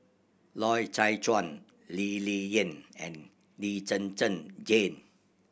Loy Chye Chuan Lee Ling Yen and Lee Zhen Zhen Jane